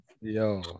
Yo